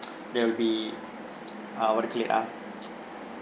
there'll be uh what do you call it ah